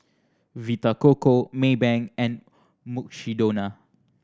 Vita Coco Maybank and Mukshidonna